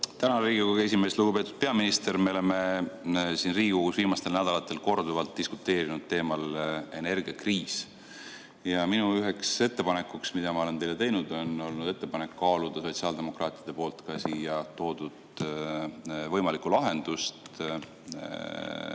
Tänan, Riigikogu esimees! Lugupeetud peaminister! Me oleme siin Riigikogus viimastel nädalatel korduvalt diskuteerinud energiakriisi teemal. Üks ettepanek, mille ma olen teile teinud, on olnud ettepanek kaaluda sotsiaaldemokraatide poolt siia toodud võimalikku lahendust[,